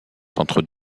centres